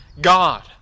God